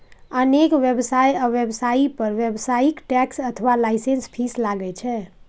अनेक व्यवसाय आ व्यवसायी पर व्यावसायिक टैक्स अथवा लाइसेंस फीस लागै छै